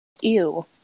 Ew